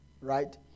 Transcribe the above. Right